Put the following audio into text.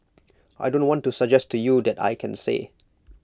I don't want to suggest to you that I can say